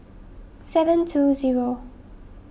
seven two zero